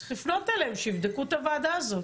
וצריך לפנות אליהם שיבדקו את הוועדה הזאת.